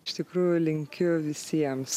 iš tikrųjų linkiu visiems